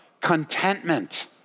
contentment